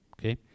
Okay